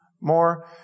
more